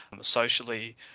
socially